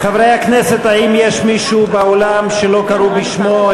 חברי הכנסת, האם יש מישהו באולם שלא קראו בשמו?